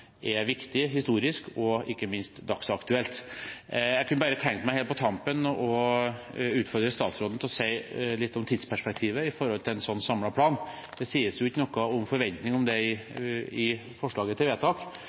er viktig historisk, og ikke minst dagsaktuelt. Jeg kunne bare tenke meg helt på tampen å utfordre statsråden til å si litt om tidsperspektivet når det gjelder en slik samlet plan. Det sies ikke noe om forventninger til det i forslaget til vedtak,